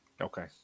okay